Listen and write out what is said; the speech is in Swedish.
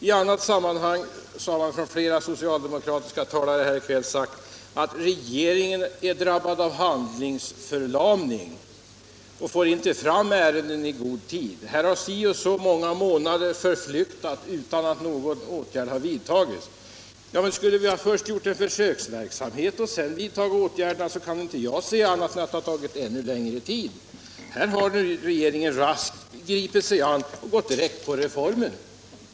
I annat sammanhang har flera socialdemokratiska talare här i kväll sagt att regeringen är drabbad av handlingsförlamning och inte får fram ärenden i god tid, att si och så många månader har förflutit utan att några åtgärder vidtagits. Men skulle vi först bedrivit försöksverksamhet och sedan vidtagit åtgärder kan jag inte se annat än att det hade tagit ändå längre tid. Här har regeringen raskt gripit sig an med reformen.